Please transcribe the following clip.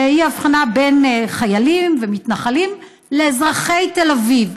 והיא הבחנה בין חיילים ומתנחלים לאזרחי תל אביב.